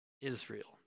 Israel